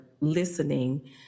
listening